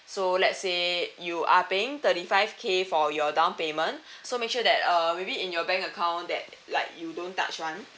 so let's say you are paying thirty five K for your down payment so make sure that uh maybe in your bank account that like you don't touch [one]